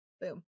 boom